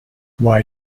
why